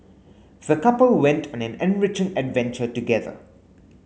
the couple went on an enriching adventure together